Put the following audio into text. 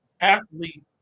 athlete